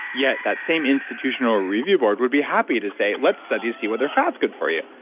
yet, that same institutional review board would be happy to say, let's study to see whether fat's good for you.